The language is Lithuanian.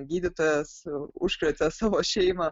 gydytojas užkrėtė savo šeimą